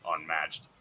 unmatched